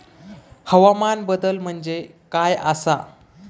हवामान बदल म्हणजे काय आसा?